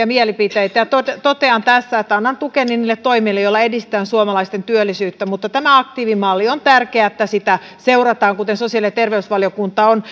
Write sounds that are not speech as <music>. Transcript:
<unintelligible> mielipiteitä totean tässä että annan tukeni niille toimille joilla edistetään suomalaisten työllisyyttä mutta on tärkeää että tätä aktiivimallia seurataan kuten sosiaali ja terveysvaliokunta on <unintelligible>